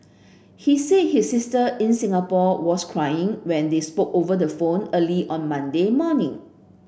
he said his sister in Singapore was crying when they spoke over the phone early on Monday morning